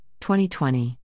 2020